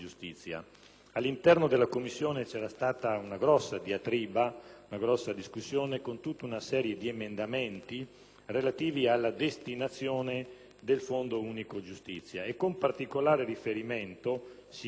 All'interno della Commissione, c'erano state una diatriba ed una grossa discussione, con tutta una serie di emendamenti, relativi alla destinazione del Fondo unico giustizia. Con particolare riferimento, si chiedeva,